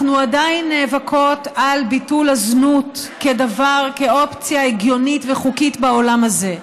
אנחנו עדיין נאבקות על ביטול הזנות כאופציה הגיונית וחוקית בעולם הזה.